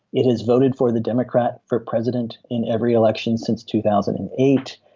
it has voted for the democrat for president in every election since two thousand and eight.